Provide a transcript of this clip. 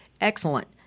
excellent